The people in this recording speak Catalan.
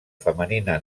femenina